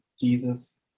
Jesus